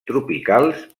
tropicals